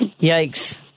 Yikes